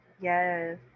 Yes